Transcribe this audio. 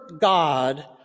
God